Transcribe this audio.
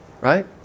Right